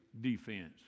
defense